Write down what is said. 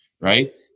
right